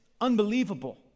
unbelievable